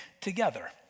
together